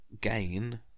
gain